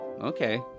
okay